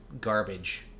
garbage